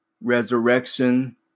resurrection